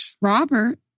Robert